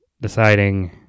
deciding